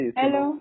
hello